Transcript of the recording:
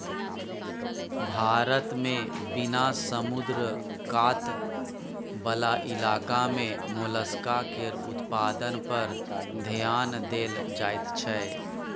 भारत मे बिना समुद्र कात बला इलाका मे मोलस्का केर उत्पादन पर धेआन देल जाइत छै